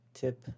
Tip